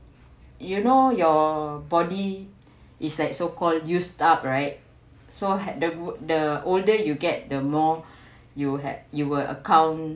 you know your body is like so call use up right so had the the older you get the more you had you were account